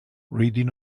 reading